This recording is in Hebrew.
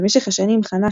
במשך השנים חנך,